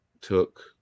took –